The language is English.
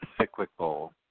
cyclical